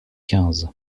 quinze